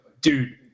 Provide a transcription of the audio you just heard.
dude